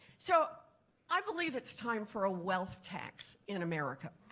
so i believe it's time for a wealth tax in america.